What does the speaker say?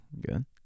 good